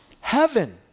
heaven